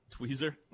Tweezer